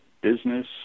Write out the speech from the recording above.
business